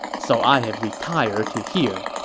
so i have retired to here.